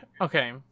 Okay